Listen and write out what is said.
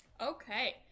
Okay